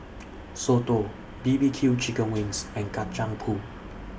Soto B B Q Chicken Wings and Kacang Pool